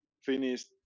finished